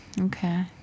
Okay